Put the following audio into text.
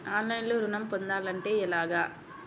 ఆన్లైన్లో ఋణం పొందాలంటే ఎలాగా?